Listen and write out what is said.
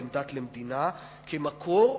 בין דת למדינה מקור,